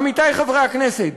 עמיתי חברי הכנסת,